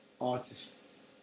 artists